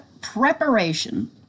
Preparation